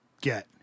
get